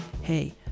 hey